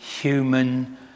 human